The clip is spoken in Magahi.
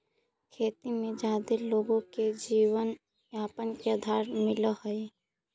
खेती में जादे लोगो के जीवनयापन के आधार मिलऽ हई